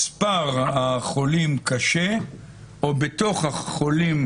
פרק הזמן של ההחלמה של מרוצפי אומיקרון ל-14 ימים,